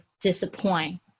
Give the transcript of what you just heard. disappoint